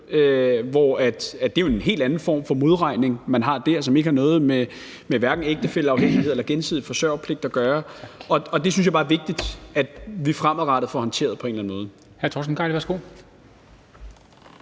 hvor det jo er en helt anden form for modregning, man har der, som hverken har noget med ægtefælleafhængighed eller gensidig forsørgerpligt at gøre. Det synes jeg bare er vigtigt at vi fremadrettet får håndteret på en eller anden måde.